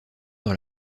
dans